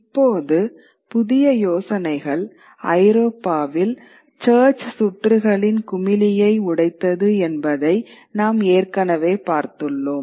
இப்போது புதிய யோசனைகள் ஐரோப்பாவில் சர்ச் சுற்றுகளின் குமிழியை உடைத்தது என்பதை நாம் ஏற்கனவே பார்த்துள்ளோம்